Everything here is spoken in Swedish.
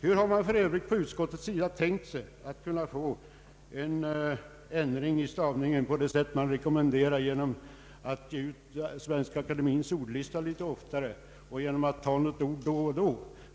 Hur har man för övrigt inom utskottet tänkt sig att kunna få till stånd en ändring i fråga om stavningen på det sätt man rekommenderar genom att Svenska akademiens ordlista skulle ges ut litet oftare, med tillägg av något ord då och då?